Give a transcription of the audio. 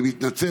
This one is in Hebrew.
אני מתנצל,